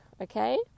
Okay